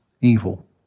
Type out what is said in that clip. evil